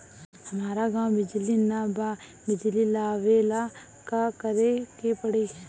हमरा गॉव बिजली न बा बिजली लाबे ला का करे के पड़ी?